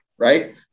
Right